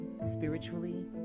spiritually